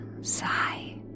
sigh